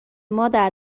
مادر